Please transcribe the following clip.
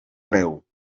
greu